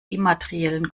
immateriellen